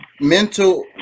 mental